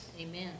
amen